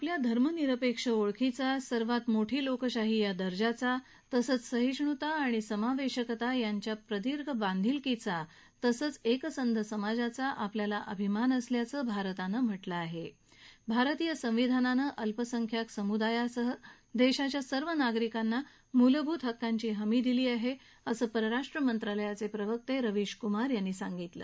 आपल्या धर्मनिरपक्षीओळखीचा सर्वात मोठी लोकशाही या दर्जाचा आणि सहिष्णुता आणि समावधक्रिता यांच्याशी प्रदीर्घ बांधिलकी असलखी एकसंध समाजाचा आपल्याला अभिमान असल्याचं भारतानं म्हटलं आहा आरतीय संविधानानं अल्पसंख्याक समुदायासह दक्षीच्या सर्व नागरिकांना मूलभूत हक्कांची हमी दिली आहा असं परराष्ट्र मंत्रालयाच विवस उवीश कुमार यांनी सांगितलं